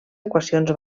equacions